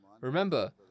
Remember